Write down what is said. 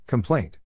Complaint